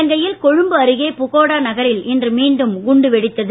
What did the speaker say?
இலங்கையில் கொழும்பு அருகே புகோடா நகரில் இன்று மீண்டும் குண்டு வெடித்தது